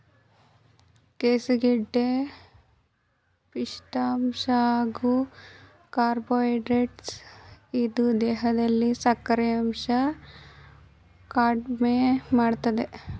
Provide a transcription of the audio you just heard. ಕೆಸುಗೆಡ್ಡೆಲಿ ಪಿಷ್ಠ ಅಂಶ ಹಾಗೂ ಕಾರ್ಬೋಹೈಡ್ರೇಟ್ಸ್ ಇದ್ದು ದೇಹದಲ್ಲಿ ಸಕ್ಕರೆಯಂಶ ಕಡ್ಮೆಮಾಡ್ತದೆ